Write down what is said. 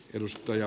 edustaja